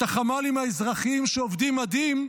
את החמ"לים האזרחיים, שעובדים מדהים,